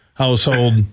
household